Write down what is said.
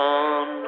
on